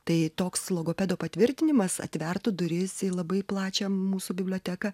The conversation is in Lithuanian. tai toks logopedo patvirtinimas atvertų duris į labai plačią mūsų biblioteką